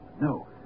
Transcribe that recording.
No